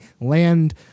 land